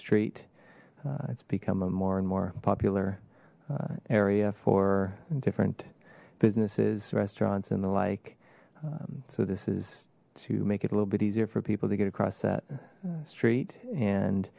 street it's become a more and more popular area for different businesses restaurants and the like so this is to make it a little bit easier for people to get across that straight and